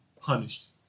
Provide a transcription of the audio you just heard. punished